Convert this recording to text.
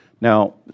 Now